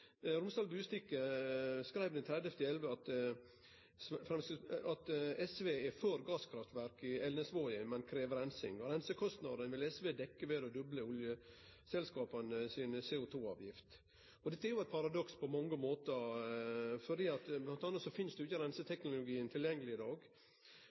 Romsdals Budstikke skreiv den 30. november at «SV er for gasskraftverk i Elnesvågen», men at dei krev reinsing. Reinsekostnadane vil SV dekkje ved å doble oljeselskapa si CO2-avgift. Dette er jo eit paradoks på mange måtar fordi det m.a. ikkje finst reinseteknologi tilgjengeleg i dag. Men er det slik at